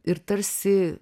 ir tarsi